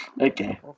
Okay